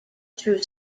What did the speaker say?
through